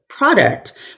product